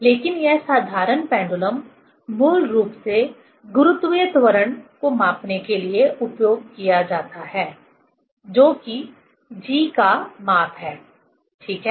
लेकिन यह साधारण पेंडुलम मूल रूप से गुरुत्वीय त्वरण को मापने के लिए उपयोग किया जाता है जो कि g का माप है ठीक है